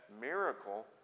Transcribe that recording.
miracle